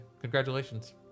Congratulations